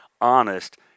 honest